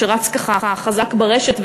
שרץ חזק ברשת,